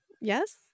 Yes